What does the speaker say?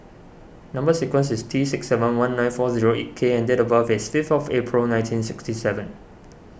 Number Sequence is T six seven one nine four zero eight K and date of birth is fifth April nineteen sixty seven